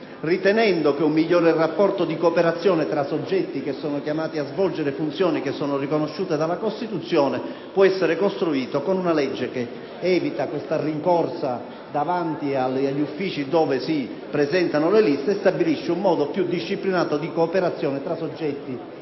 infatti, che un migliore rapporto di cooperazione tra soggetti chiamati a svolgere funzioni riconosciute dalla Costituzione possa essere costruito con una legge che eviti la rincorsa davanti agli uffici nei quali si presentano le liste elettorali e stabilisca un modo più disciplinato di cooperazione tra soggetti